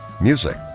Music